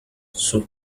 sus